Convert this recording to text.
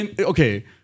Okay